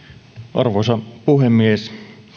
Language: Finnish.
arvoisa puhemies